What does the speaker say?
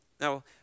Now